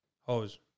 Hose